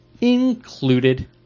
included